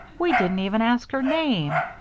we didn't even ask her name.